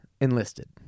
enlisted